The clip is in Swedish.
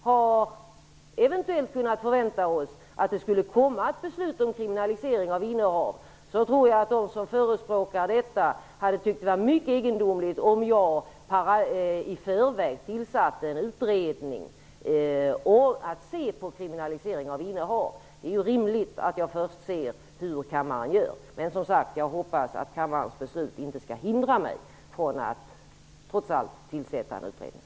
Eftersom vi eventuellt har kunnat förvänta oss ett beslut om kriminalisering av innehav, tror jag att de som förespråkar detta hade tyckt att det varit mycket egendomligt om jag i förväg tillsatt en utredning om kriminalisering av innehav. Det är ju rimligt att jag först ser hur kammaren gör. Men jag hoppas, som sagt var, att kammarens beslut inte skall hindra mig från att trots allt tillsätta en utredning.